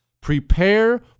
Prepare